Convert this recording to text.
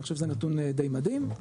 אני חושב שזה נתון דיי מדהים.